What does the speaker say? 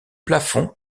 plafond